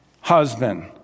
husband